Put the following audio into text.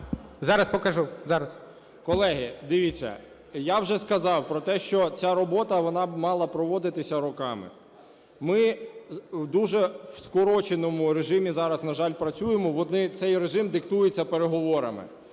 Да, дякую. Колеги, дивіться, я вже сказав про те, що ця робота, вона мала проводитися роками. Ми дуже в скороченому режимі зараз, на жаль, працюємо, цей режим диктується переговорами.